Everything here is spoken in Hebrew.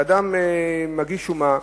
כשאדם מגיש שומה,